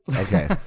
okay